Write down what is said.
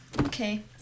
Okay